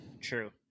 True